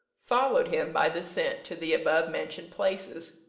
followed him by the scent to the above-mentioned places,